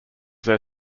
their